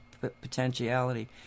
potentiality